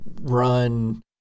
run